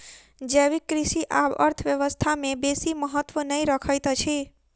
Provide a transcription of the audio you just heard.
जैविक कृषि आब अर्थव्यवस्था में बेसी महत्त्व नै रखैत अछि